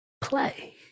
play